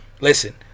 Listen